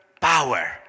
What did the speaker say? Power